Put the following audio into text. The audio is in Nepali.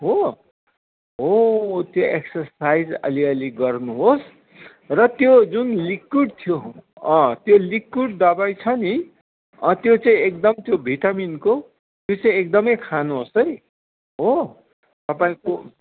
हो हो त्यो एक्सर्साइज अलि अलि गर्नुहोस् र त्यो जुन लिक्विड थियो अँ त्यो लिक्विड दबाई छ नि त्यो चाहिँ एकदम त्यो भिटामिनको त्यो चाहिँ एकदमै खानुहोस् है हो तपाईँको